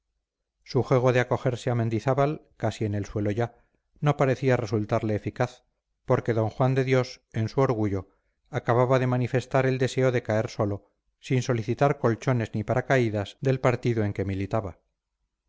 su juego de acogerse a mendizábal casi en el suelo ya no parecía resultarle eficaz porque d juan de dios en su orgullo acababa de manifestar el deseo de caer solo sin solicitar colchones ni paracaídas del partido en que militaba